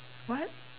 what